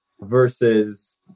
versus